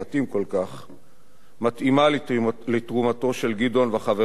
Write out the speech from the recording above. מתאימה לתרומתו של גדעון וחבריו בשירות הביטחון הכללי.